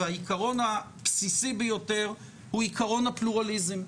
והעיקרון הבסיסי ביותר הוא עיקרון הפלורליזם.